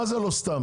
מה זה לא סתם?